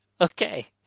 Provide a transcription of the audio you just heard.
Okay